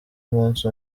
umunsi